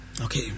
Okay